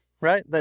right